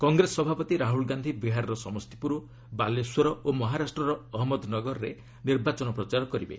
କଂଗ୍ରେସ ସଭାପତି ରାହୁଲ୍ ଗାନ୍ଧି ବିହାରର ସମସ୍ତିପୁର ବାଲେଶ୍ୱର ଓ ମହାରାଷ୍ଟ୍ରର ଅହମ୍ମଦନଗରରେ ନିର୍ବାଚନ ପ୍ରଚାର କରିବେ